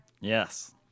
Yes